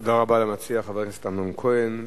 תודה רבה למציע, חבר הכנסת אמנון כהן.